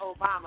Obama